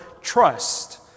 trust